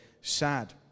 sad